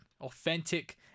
Authentic